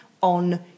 on